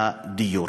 והדיור.